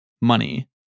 money